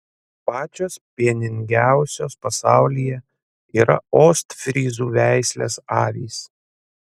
pačios pieningiausios pasaulyje yra ostfryzų veislės avys